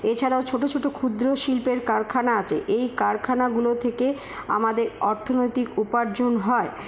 এছাড়াও ছোটো ছোটো ক্ষুদ্র শিল্পের কারখানা আছে এই কারখানাগুলো থেকে আমাদের অর্থনৈতিক উপার্জন হয়